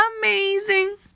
amazing